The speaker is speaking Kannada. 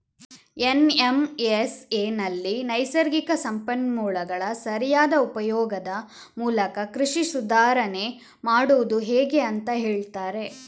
ಎನ್.ಎಂ.ಎಸ್.ಎನಲ್ಲಿ ನೈಸರ್ಗಿಕ ಸಂಪನ್ಮೂಲಗಳ ಸರಿಯಾದ ಉಪಯೋಗದ ಮೂಲಕ ಕೃಷಿ ಸುಧಾರಾಣೆ ಮಾಡುದು ಹೇಗೆ ಅಂತ ಹೇಳ್ತಾರೆ